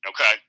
Okay